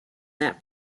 that